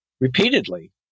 repeatedly